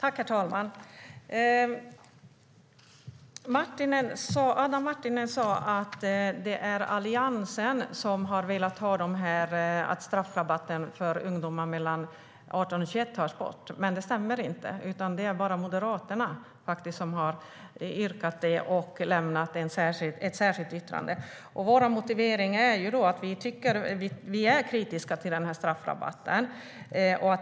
Herr talman! Adam Marttinen sa att det är Alliansen som har velat att straffrabatten för ungdomar mellan 18 och 21 tas bort. Men det stämmer inte; det är bara Moderaterna som har yrkat på det och lämnat ett särskilt yttrande. Vår motivering är att vi är kritiska till straffrabatten.